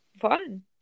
fun